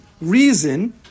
reason